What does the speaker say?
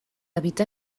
evitar